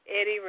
Eddie